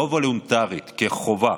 לא וולונטריות, חובה.